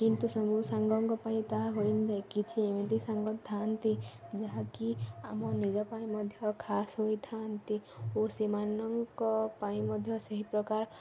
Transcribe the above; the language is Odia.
କିନ୍ତୁ ସବୁ ସାଙ୍ଗଙ୍କ ପାଇଁ ତାହା ହୋଇ ନଯାଇ କିଛି ଏମିତି ସାଙ୍ଗ ଥାଆନ୍ତି ଯାହାକି ଆମ ନିଜ ପାଇଁ ମଧ୍ୟ ଖାସ ହୋଇଥାନ୍ତି ଓ ସେମାନଙ୍କ ପାଇଁ ମଧ୍ୟ ସେହି ପ୍ରକାର